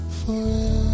forever